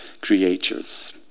creatures